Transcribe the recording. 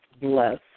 bless